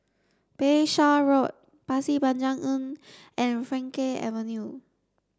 Bayshore Road Pasir Panjang Inn and Frankel Avenue